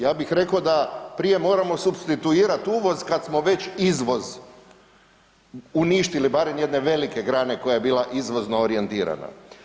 Ja bih rekao da prije moramo supstituirati uvoz kad smo već izvoz uništili, barem jedne velike grane koja je bila izvozno orijentirana.